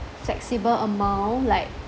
flexible amount like